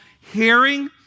hearing